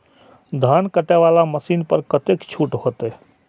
धान कटे वाला मशीन पर कतेक छूट होते?